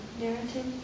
narrative